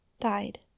died